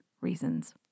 reasons